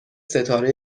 ستاره